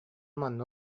манна